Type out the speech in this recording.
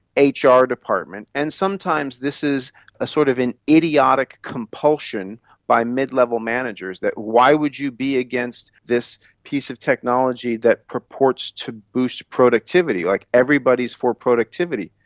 ah hr department. and sometimes this is sort of an idiotic compulsion by mid-level managers, that why would you be against this piece of technology that purports to boost productivity? like everybody is for productivity.